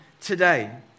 today